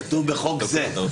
כתוב "בחוק זה".